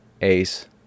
Ace